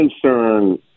concern